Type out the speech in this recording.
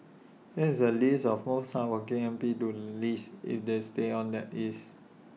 here's A list of most hardworking M P to least if they stay on that is